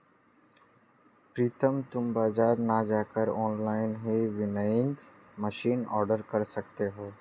प्रितम तुम बाजार ना जाकर ऑनलाइन ही विनोइंग मशीन ऑर्डर कर सकते हो